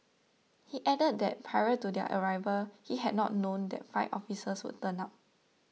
he added that prior to their arrival he had not known that five officers would turn up